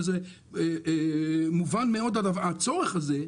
ומובן מאוד הצורך הזה,